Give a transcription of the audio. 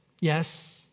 yes